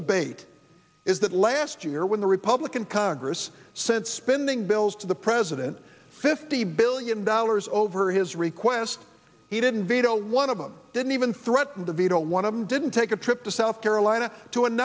debate it is that last year when the republican congress sent spending bills to the president fifty billion dollars over his request he didn't veto one of them didn't even threaten to veto one of them didn't take a trip to south carolina to